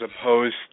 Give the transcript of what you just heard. opposed